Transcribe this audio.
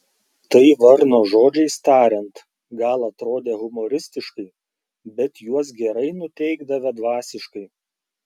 tai varno žodžiais tariant gal atrodę humoristiškai bet juos gerai nuteikdavę dvasiškai